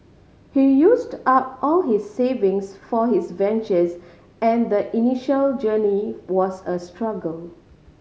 he used up all his savings for his ventures and the initial journey was a struggle